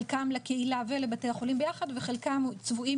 חלקם לקהילה ולבתי החולים ביחד וחלקם צבועים